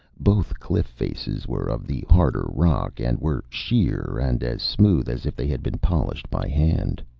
both cliff faces were of the harder rock, and were sheer and as smooth as if they had been polished by hand.